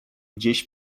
gdzieś